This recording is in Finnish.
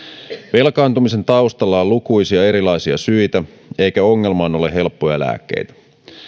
velkaantumisen taustalla on lukuisia erilaisia syitä eikä ongelmaan ole helppoja lääkkeitä